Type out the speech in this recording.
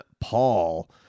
Paul